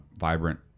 vibrant